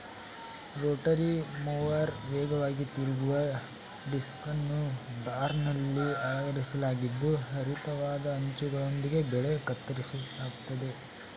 Rotary mower ವೇಗವಾಗಿ ತಿರುಗುವ ಡಿಸ್ಕನ್ನು ಬಾರ್ನಲ್ಲಿ ಅಳವಡಿಸಲಾಗಿದ್ದು ಹರಿತವಾದ ಅಂಚುಗಳೊಂದಿಗೆ ಬೆಳೆ ಕತ್ತರಿಸಲಾಗ್ತದೆ